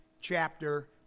chapter